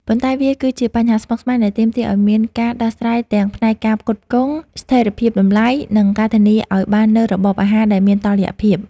ប៉ុន្តែវាគឺជាបញ្ហាស្មុគស្មាញដែលទាមទារឱ្យមានការដោះស្រាយទាំងផ្នែកការផ្គត់ផ្គង់ ស្ថិរភាពតម្លៃ និងការធានាឱ្យបាននូវរបបអាហារដែលមានតុល្យភាព